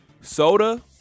Soda